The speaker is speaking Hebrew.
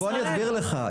בוא אני אסביר לך,